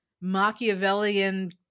Machiavellian